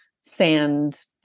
sand